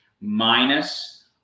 minus